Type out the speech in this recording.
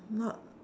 not